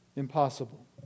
impossible